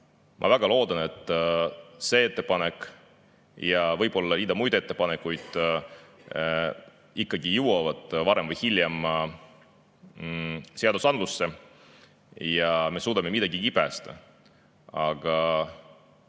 Ma väga loodan, et see ettepanek ja võib‑olla rida muid ettepanekuid ikkagi jõuavad varem või hiljem seadusandlusse ja me suudame midagigi päästa. Aga